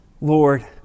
Lord